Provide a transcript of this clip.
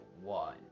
One